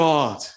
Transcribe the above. God